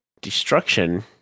Destruction